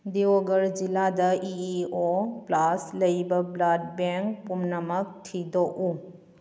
ꯗꯤꯌꯣꯒꯔ ꯖꯤꯂꯥꯗ ꯏ O plus ꯂꯩꯕ ꯕ꯭ꯂꯠ ꯕꯦꯡ ꯄꯨꯝꯅꯃꯛ ꯊꯤꯗꯣꯛꯎ